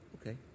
okay